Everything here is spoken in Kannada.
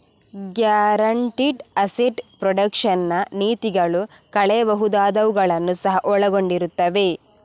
ಗ್ಯಾರಂಟಿಡ್ ಅಸೆಟ್ ಪ್ರೊಟೆಕ್ಷನ್ ನ ನೀತಿಗಳು ಕಳೆಯಬಹುದಾದವುಗಳನ್ನು ಸಹ ಒಳಗೊಂಡಿರುತ್ತವೆ